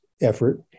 effort